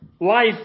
Life